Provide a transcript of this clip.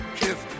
kiss